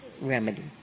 remedy